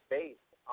based